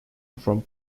from